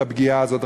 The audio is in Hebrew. את הפגיעה הזאת,